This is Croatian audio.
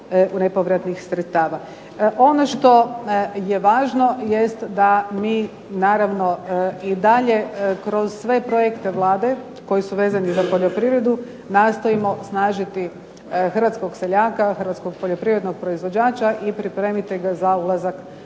nepovratnih sredstava. Ono što je važno jest da mi naravno i dalje kroz sve projekte Vlade koji su vezani za poljoprivredu nastojimo snažiti hrvatskog seljaka, hrvatskog poljoprivrednog proizvođača i pripremiti ga za ulazak u EU. I u tom smislu